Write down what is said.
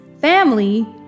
family